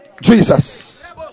Jesus